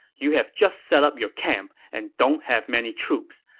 you have just set up your camp and don't have many troops.